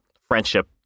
friendship